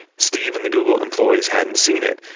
steve and the google employees hadn't seen it,